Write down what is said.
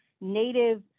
native